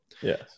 Yes